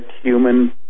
human